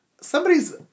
Somebody's